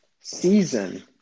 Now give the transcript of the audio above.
season